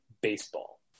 baseball